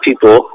people